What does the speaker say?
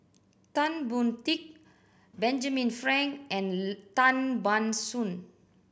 Tan Boon Teik Benjamin Frank and Tan Ban Soon